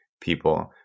people